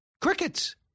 crickets